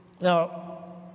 now